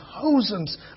Thousands